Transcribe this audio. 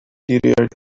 meteorite